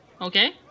Okay